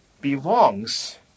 belongs